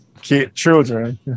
children